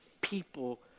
people